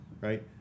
right